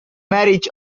marriage